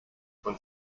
und